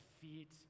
feet